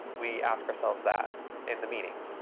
we ask ourselves that in the meetings,